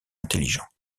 intelligente